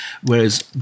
whereas